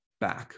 back